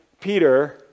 Peter